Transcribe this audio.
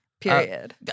Period